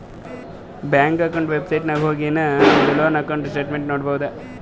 bank website ನಾಗ್ ಹೊಗಿನು ನಮ್ದು ಲೋನ್ ಅಕೌಂಟ್ ಸ್ಟೇಟ್ಮೆಂಟ್ ನೋಡ್ಬೋದು